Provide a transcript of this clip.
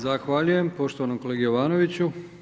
Zahvaljujem poštovanom kolegi Jovanoviću.